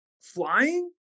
flying